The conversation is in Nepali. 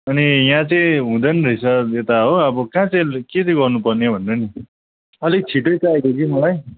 अनि यहाँ चाहिँ हुँदैन रहेछ यता हो अब कहाँ चाहिँ के चाहिँ गर्नुपर्ने भनेर नि अलिक छिटै चाहिएको कि मलाई